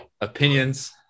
opinions